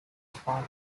spartan